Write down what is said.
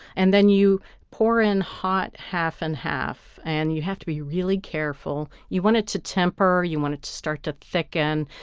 and then you pour in hot half-and-half, and you have to be really careful. you want it to temper you want it to start to thicken.